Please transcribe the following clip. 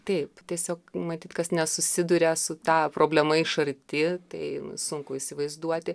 taip tiesiog matyt kas nesusiduria su ta problema iš arti tai sunku įsivaizduoti